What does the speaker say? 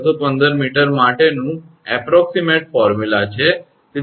615 𝑚 માટેનું અનુમાનિત સૂત્ર છે